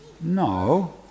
No